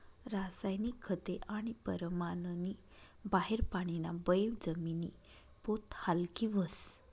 रासायनिक खते आणि परमाननी बाहेर पानीना बये जमिनी पोत हालकी व्हस